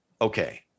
okay